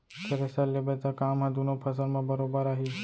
thresher लेबे त काम ह दुनों फसल म बरोबर आही